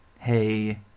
hey